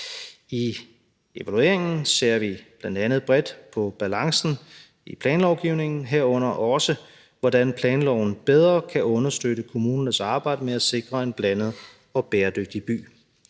I evalueringen ser vi bl.a. bredt på balancen i planlovgivningen, herunder også, hvordan planloven bedre kan understøtte kommunernes arbejde med at sikre en blandet og bæredygtig by.